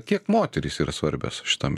kiek moterys yra svarbios šitam